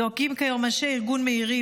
זועקים כיום אנשי ארגון מאירים,